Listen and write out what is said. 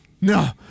no